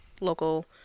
local